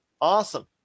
awesome